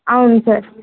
అవును సార్